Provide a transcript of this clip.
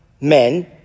men